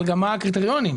השאלה גם מה הקריטריונים.